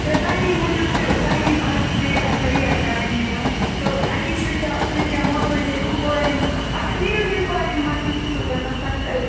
تہٕ تَمی موٗجوٗب چھِ تَمی حظ پیٚیہِ اَسہِ ریٹ کَرٕنۍ یِمَن ہیٚور اَمی پرِٕٛژھو پرِٕٛژھومو تُہۍ ہیوٕ پٲرِم اگر نِیو تیٚلہِ پٲرِم مانٛچھٕے سُہ چھُو گژھَان سَستے